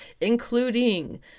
including